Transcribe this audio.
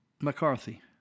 McCarthy